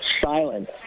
silent